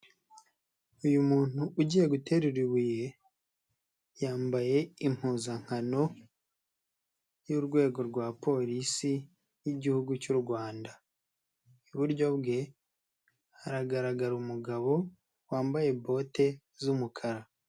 Uyu muntu ugiye guterura ibuye, yambaye impuzankano y'urwego rwa Polisi y'igihugu cy'u Rwanda. Iburyo bwe haragaragara umugabo wambaye bote z'umukara.